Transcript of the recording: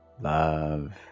love